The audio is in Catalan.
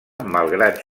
malgrat